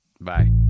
Bye